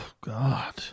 God